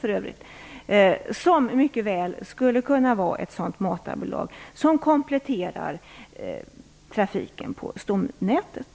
Det skulle mycket väl kunna vara ett sådant matarbolag som kompletterar trafiken på stomnätet.